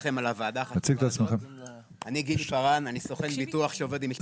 אני גיל פארן, אני סוכן ביטוח שעובד עם משפחות.